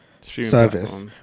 service